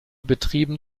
betrieben